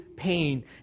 pain